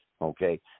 okay